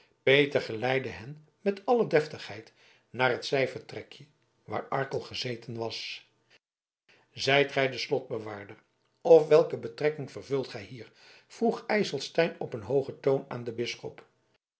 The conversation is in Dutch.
peter geleidde hen met alle deftigheid naar het zij vertrekje waar arkel gezeten was zijt gij de slotbewaarder of welke betrekking vervult gij hier vroeg ijselstein op een hoogen toon aan den bisschop